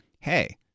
hey